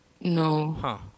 no